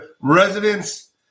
residents